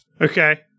Okay